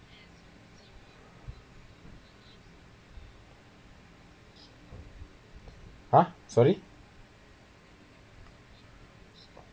ha sorry